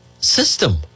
system